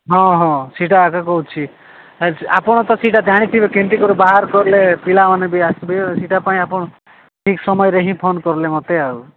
ହଁ ହଁ ସେଇଟା ଆଗେ କହୁଛି ଆ ଆପଣ ତ ସେଇଟା ଜାଣିଥିବେ କେମିତି କରିବ ବାହାର କଲେ ପିଲାମାନେ ବି ଆସିବେ ଆ ସେଇଟା ପାଇଁ ଆପଣ ଠିକ୍ ସମୟରେ ହିଁ ଫୋନ କରିଲେ ମୋତେ ଆଉ